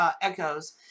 echoes